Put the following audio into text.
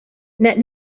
net